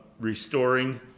restoring